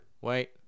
Wait